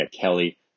Kelly